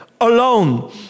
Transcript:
alone